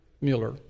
Mueller